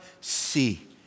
see